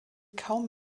kaum